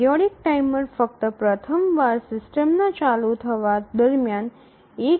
periodic timer ફક્ત પ્રથમ વાર સિસ્ટમના ચાલુ થવા દરમિયાન એકવાર શરૂ થાય છે